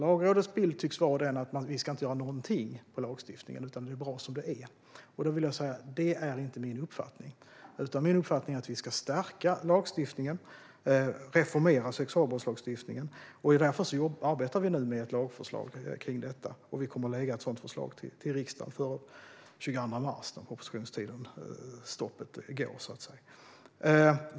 Lagrådets bild tycks alltså vara den att vi inte ska göra något alls åt lagstiftningen; den är bra som den är. Det är inte min uppfattning. Min uppfattning är att vi ska stärka lagstiftningen och reformera sexualbrottslagstiftningen. Därför arbetar vi nu med ett lagförslag för detta, och vi kommer att lägga fram ett sådant förslag till riksdagen den 22 mars när propositionstiden går ut.